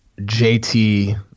JT